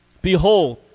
behold